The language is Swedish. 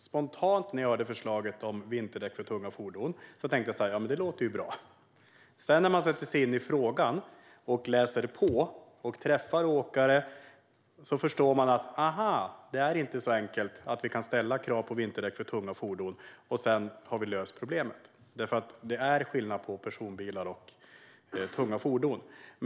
Herr talman! När jag hörde förslaget om vinterdäck för tunga fordon tyckte jag spontant att det lät bra. Efter att jag sedan har satt mig in i frågan, läst på och träffat åkare förstår jag att det inte är så enkelt som att vi kan ställa krav på vinterdäck för tunga fordon för att lösa problemet, eftersom det är skillnad på personbilar och tunga fordon.